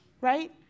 Right